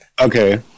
Okay